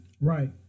Right